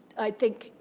i think,